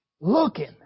looking